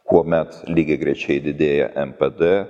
kuomet lygiagrečiai didėja npd